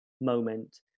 Moment